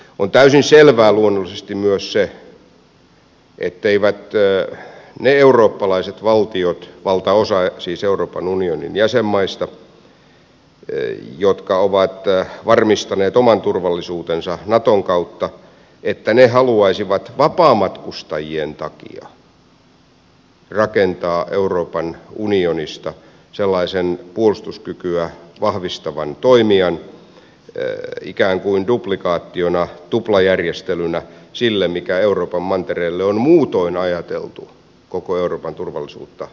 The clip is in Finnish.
on täysin selvää luonnollisesti myös se etteivät ne eurooppalaiset valtiot siis valtaosa euroopan unionin jäsenmaista jotka ovat varmistaneet oman turvallisuutensa naton kautta haluaisi vapaamatkustajien takia rakentaa euroopan unionista sellaista puolustuskykyä vahvistavaa toimijaa ikään kuin duplikaationa tuplajärjestelynä sille mikä euroopan mantereelle on muutoin ajateltu koko euroopan turvallisuutta rakentamaan